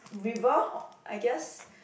river I guess